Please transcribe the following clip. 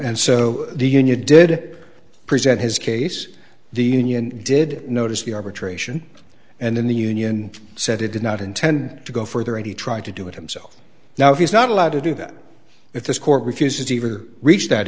and so the union did present his case the union did notice the arbitration and in the union said it did not intend to go further and he tried to do it himself now he's not allowed to do that if this court refuses to even reach that